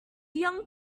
young